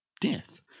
death